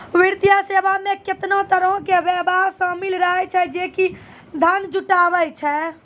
वित्तीय सेवा मे केतना तरहो के व्यवसाय शामिल रहै छै जे कि धन जुटाबै छै